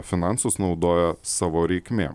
finansus naudoja savo reikmėm